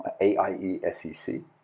A-I-E-S-E-C